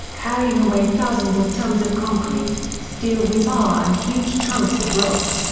carrying away thousands of tons of concrete, steel rebar and huge chunks of rock.